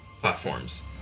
platforms